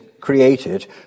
created